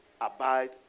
abide